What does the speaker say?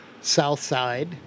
Southside